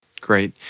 Great